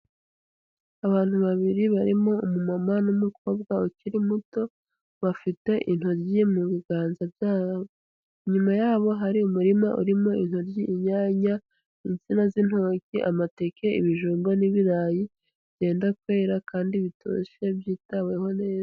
Abantu babiri barimo umumama n'umukobwa ukiri muto bafite intoryi mu biganza byabo; inyuma yabo hari umurima urimo: intoryi, inyanya, insina z'intoki, amateke, ibijumba n'ibirayi byenda kwera, kandi bitoshye byitaweho neza.